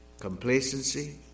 complacency